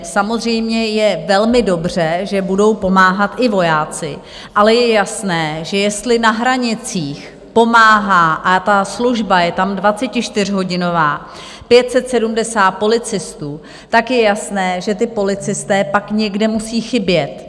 Samozřejmě je velmi dobře, že budou pomáhat i vojáci, ale je jasné, že jestli na hranicích pomáhá a ta služba je tam 24hodinová 570 policistů, tak ti policisté pak někde musí chybět.